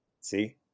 See